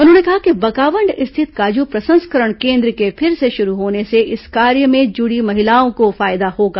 उन्होंने कहा कि बकावंड स्थित काजू प्रसंस्करण केन्द्र के फिर से शुरू होने से इस कार्य में जुड़ी महिलाओं को फायदा होगा